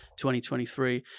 2023